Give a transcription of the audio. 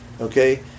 Okay